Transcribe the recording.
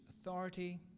authority